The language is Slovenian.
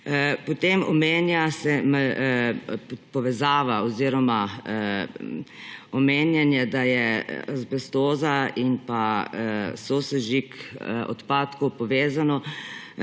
Potem omenja se povezava oziroma omenjanje, da je azbestoza in sosežig odpadkov povezano,